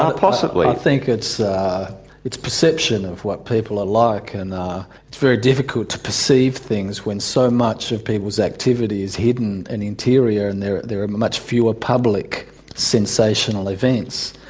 ah possibly. i think it's it's perception of what people are like, and it's very difficult to perceive things when so much of people's activity is hidden and interior and there there are much fewer public sensational events.